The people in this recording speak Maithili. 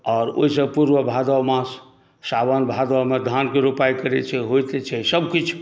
आओर ओहिसँ पूर्व भादो मास सावन भादोमे धानक रोपाइ करै छै होइ तऽ छै सभ किछु